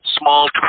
small